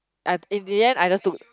I t~ in the end I just took